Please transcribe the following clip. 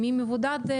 מי מבודד?